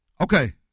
Okay